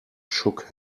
shook